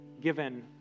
given